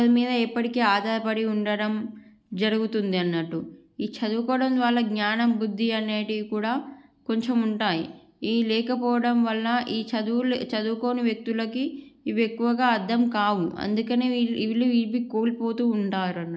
ఒకరి మీద ఎప్పటికీ ఆధారపడి ఉండడం జరుగుతుంది అన్నట్టు ఈ చదువుకోవడం వాళ్ళ జ్ఞానం బుద్ధి అనేటివి కూడా కొంచెం ఉంటాయి ఈ లేకపోవడం వలన ఈ చదువు చదువుకోని వ్యక్తులకి ఇవి ఎక్కువగా అర్థం కావు అందుకనే వీళ్ళు వీళ్ళు ఇవి కోల్పోతూ ఉంటారు అని